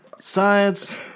science